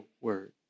Word